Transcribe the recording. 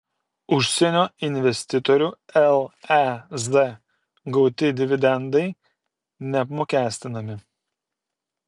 užsienio investitorių lez gauti dividendai neapmokestinami